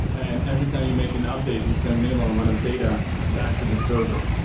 and every time you make an update, we send minimal amount of data back to the server.